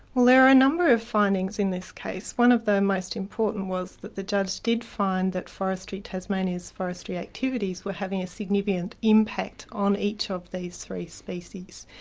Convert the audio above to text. well there are a number of findings in this case. one of the and most important was that the judge did find that forestry tasmania's forestry activities were having a significant impact on each of these three species.